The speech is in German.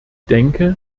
denke